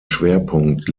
schwerpunkt